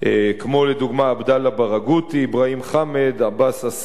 כמו עבדאללה ברגותי, אברהים חאמד, עבאס א-סייד,